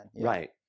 Right